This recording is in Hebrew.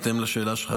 בהתאם לשאלה שלך,